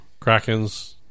Krakens